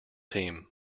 team